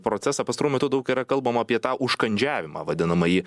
procesą pastaruoju metu daug yra kalbama apie tą užkandžiavimą vadinamąjį